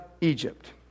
Egypt